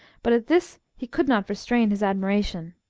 but at this he could not restrain his admiration.